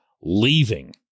leaving